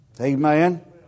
Amen